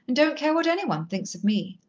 and don't care what any one thinks of me.